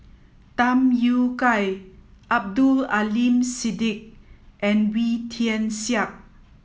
Tham Yui Kai Abdul Aleem Siddique and Wee Tian Siak